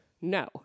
No